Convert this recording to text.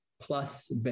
plus